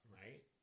right